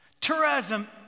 Tourism